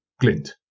glint